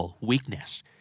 weakness